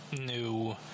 new